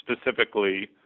specifically